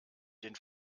den